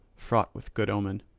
fraught with good omen.